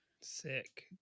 Sick